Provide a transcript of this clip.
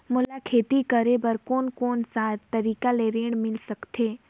मोला खेती करे बर कोन कोन सा तरीका ले ऋण मिल सकथे?